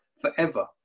forever